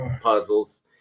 puzzles